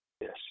Yes